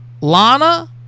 Lana